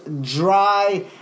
dry